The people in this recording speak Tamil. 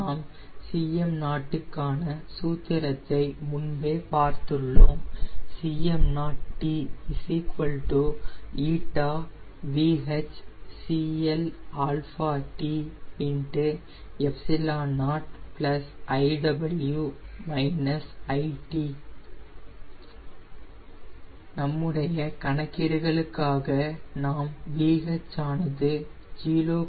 நாம் Cm0 ற்கான சூத்திரத்தை முன்பே பார்த்துள்ளோம் Cm0t ηVHCLt ε0 iw − it நம்முடைய கணக்கீடுகளுக்காக நாம் VH ஆனது 0